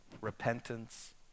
Repentance